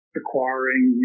acquiring